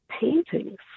paintings